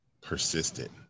persistent